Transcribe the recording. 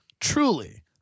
Truly